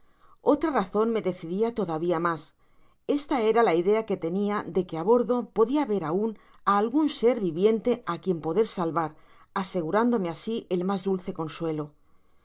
otra razon me decidia todavia mas esta era la idea que tenia de que á bordo podia ver aun á algun ser viviente á quien poder salvar asegurándome asi el mas dulce consuelo este